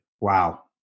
Wow